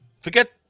forget